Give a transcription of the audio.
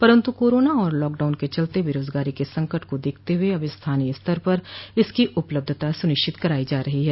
परंतु कोरोना और लॉकडाउन के चलते बेरोजगारी के संकट को देखते हुए अब स्थानीय स्तर पर इसकी उपलब्धता सुनिश्चित कराई जा रही है